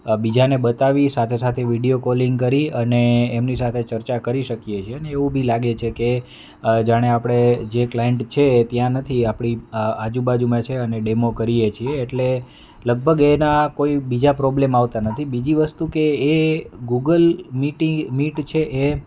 બીજાને બતાવી સાથે સાથે વીડિયો કોલિંગ કરી અને એમની સાથે ચર્ચા કરી શકીએ છીએ ને એવું બી લાગે છે કે જાણે આપણે જે ક્લાઈન્ટ છે ત્યાં નથી આપણી આજુબાજુમાં છે અને ડેમો કરીએ છીએ એટલે લગભગ એના કોઈ બીજા પ્રોબ્લેમ આવતા નથી બીજી વસ્તુ કે એ ગૂગલ મીટ છે એ